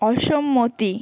অসম্মতি